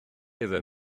iddyn